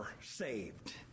saved